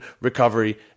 recovery